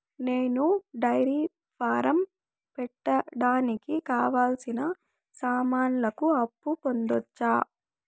నేను dairy farm పెట్టడానికి కావాల్సిన సామాన్లకు అప్పు పొందొచ్చా?